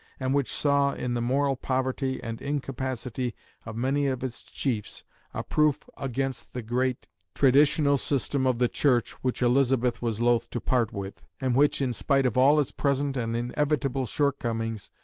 and which saw in the moral poverty and incapacity of many of its chiefs a proof against the great traditional system of the church which elizabeth was loath to part with, and which, in spite of all its present and inevitable shortcomings,